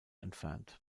entfernt